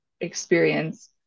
experience